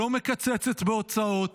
לא מקצצת בהוצאות,